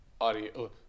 audio